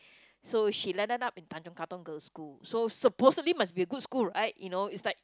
so she ended up in Tanjong-Katong-girls'-school so supposedly must be a good school right you know it's like